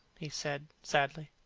he said, sadly.